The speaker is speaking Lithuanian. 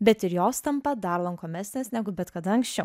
bet ir jos tampa dar lankomesnės negu bet kada anksčiau